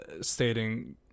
stating